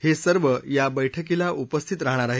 हे सर्व या बैठकीला उपस्थित राहणार आहेत